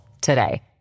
today